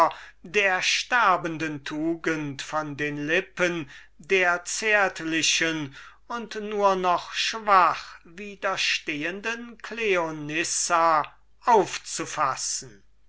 der sterbenden tugend von den lippen der zärtlichen und nur noch schwach widerstehenden cleonissa aufzufassen